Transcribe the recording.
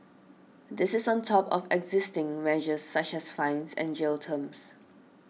this is on top of existing measures such as fines and jail terms